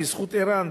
בזכות ער"ן,